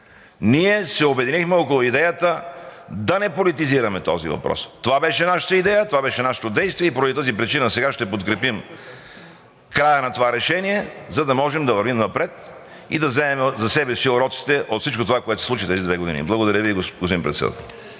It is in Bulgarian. ние се обединихме около идеята да не политизираме този въпрос. Това беше нашата идея, това беше нашето действие и поради тази причина сега ще подкрепим края на това решение, за да можем да вървим напред и да вземем за себе си уроците от всичко това, което се случи през тези две години. Благодаря Ви, господин Председател.